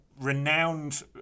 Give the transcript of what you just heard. renowned